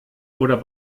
oder